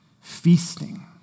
feasting